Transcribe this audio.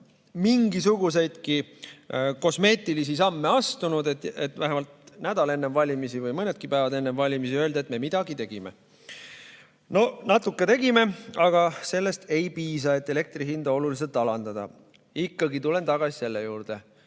mingisuguseidki kosmeetilisi samme astunud, et vähemalt nädal enne valimisi või mõned päevad enne valimisi öelda, et me midagi tegime. No natuke tegime, aga sellest ei piisa, et elektri hinda oluliselt alandada. Ikkagi tulen tagasi selle juurde: